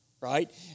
right